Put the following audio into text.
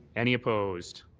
any opposed?